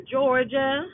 Georgia